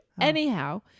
Anyhow